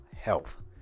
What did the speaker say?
health